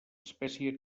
espècie